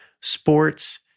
sports